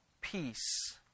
peace